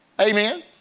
amen